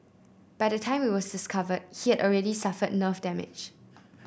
by the time it was discovered he had already suffered nerve damage